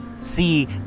See